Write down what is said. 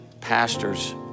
pastors